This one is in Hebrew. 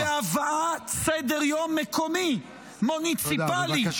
-- בהבאת סדר-יום מקומי, מוניציפלי -- תודה.